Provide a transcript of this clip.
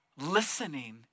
listening